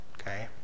okay